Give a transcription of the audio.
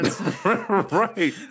Right